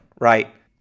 right